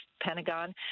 Pentagon